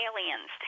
aliens